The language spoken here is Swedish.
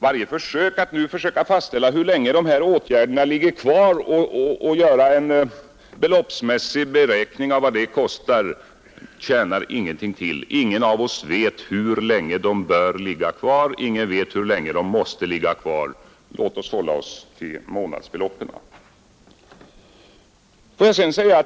Varje försök att nu fastställa hur länge dessa åtgärder bör ligga kvar och att göra en beloppsmässig beräkning av vad det kostar tjänar ingenting till — ingen av oss vet hur länge åtgärderna bör ligga kvar; låt oss därför hålla oss till månadsbeloppen.